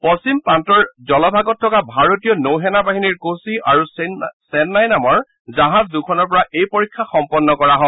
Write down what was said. পশ্চিম প্ৰান্তৰ জলভাগত থকা ভাৰতীয় নৌসেনা বাহিনীৰ কোচি আৰু চেন্নাই নামৰ জাহাজ দুখনৰ পৰা এই পৰীক্ষা সম্পন্ন কৰা হয়